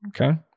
Okay